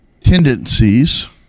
tendencies